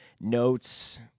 notes